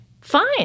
Fine